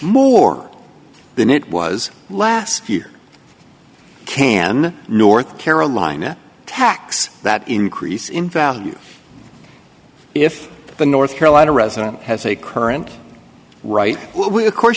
more than it was last year can north carolina tax that increase in value if the north carolina resident has a current right